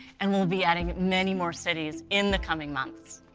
and we'll be adding many more cities in the coming months.